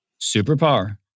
superpower